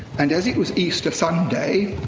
and as it was easter sunday,